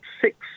six